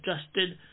adjusted